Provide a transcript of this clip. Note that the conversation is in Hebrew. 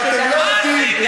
ואתם יודעים מה,